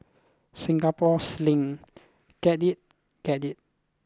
Singapore Sling get it get it